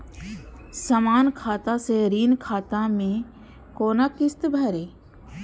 समान खाता से ऋण खाता मैं कोना किस्त भैर?